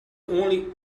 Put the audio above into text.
only